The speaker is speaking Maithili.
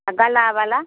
आ गला बाला